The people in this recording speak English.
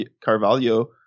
Carvalho